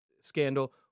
scandal